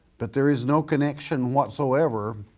but there is no connection whatsoever